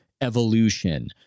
evolution